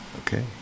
okay